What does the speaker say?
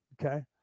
Okay